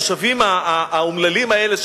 התושבים האומללים האלה,